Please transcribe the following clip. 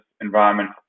environment